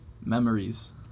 Memories